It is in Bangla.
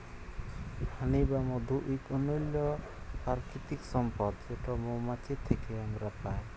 হানি বা মধু ইক অনল্য পারকিতিক সম্পদ যেট মোমাছি থ্যাকে আমরা পায়